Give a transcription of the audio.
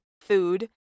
food